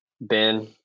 Ben